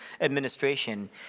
administration